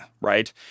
right